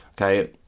Okay